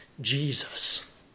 Jesus